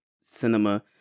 cinema